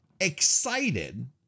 excited